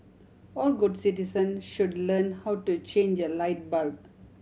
all good citizen should learn how to change a light bulb